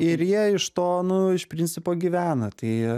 ir jie iš to nu iš principo gyvena tai